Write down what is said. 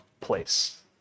place